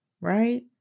right